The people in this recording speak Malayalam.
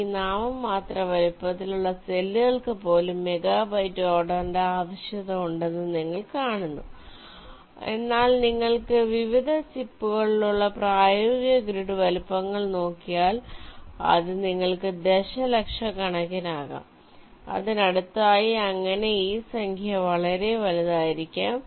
ഈ നാമമാത്ര വലുപ്പത്തിലുള്ള സെല്ലുകൾക്ക് പോലും മെഗാബൈറ്റ് ഓർഡറിന്റെ ആവശ്യകത ഉണ്ടെന്ന് നിങ്ങൾ കാണുന്നു എന്നാൽ നിങ്ങൾക്ക് വിവിധ ചിപ്പുകളിലുള്ള പ്രായോഗിക ഗ്രിഡ് വലുപ്പങ്ങൾ നോക്കിയാൽ അത് നിങ്ങൾക്ക് ദശലക്ഷക്കണക്കിന് ആകാം അതിനടുത്തായി അങ്ങനെ ഈ സംഖ്യ വളരെ വലുതായിരിക്കും